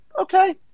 okay